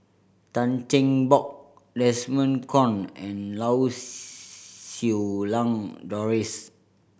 Tan Cheng Bock Desmond Kon and Lau Siew Lang Doris